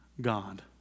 God